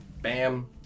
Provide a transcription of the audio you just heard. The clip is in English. Bam